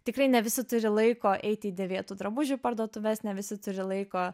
tikrai ne visi turi laiko eiti į dėvėtų drabužių parduotuves ne visi turi laiko